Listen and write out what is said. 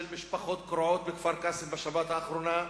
של משפחות קרועות בכפר-קאסם בשבת האחרונה,